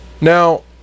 Now